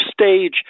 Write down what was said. stage